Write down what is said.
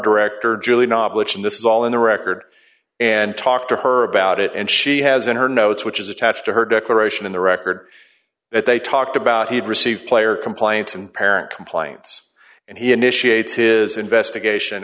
director julie knob which in this is all in the record and talk to her about it and she has in her notes which is attached to her declaration in the record that they talked about he had received player complaints and parent complaints and he initiated is investigation